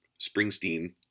Springsteen